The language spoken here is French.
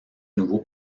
nouveaux